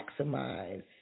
maximize